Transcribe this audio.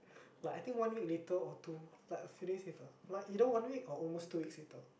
but I think one week later or two like a few days later like either one week or almost two weeks later